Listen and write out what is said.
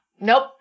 Nope